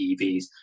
evs